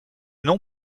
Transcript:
non